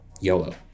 YOLO